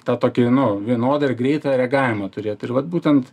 tą tokį nu vienodą ir greitą reagavimą turėt ir vat būtent